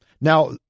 Now